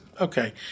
okay